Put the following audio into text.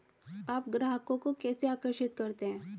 आप ग्राहकों को कैसे आकर्षित करते हैं?